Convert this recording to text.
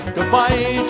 Goodbye